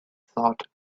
thought